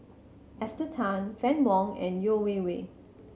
Esther Tan Fann Wong and Yeo Wei Wei